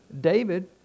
David